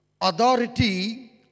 authority